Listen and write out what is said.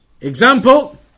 Example